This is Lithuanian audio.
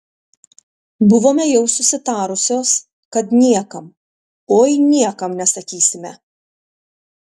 buvome jau susitarusios kad niekam oi niekam nesakysime